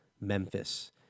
Memphis